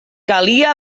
calia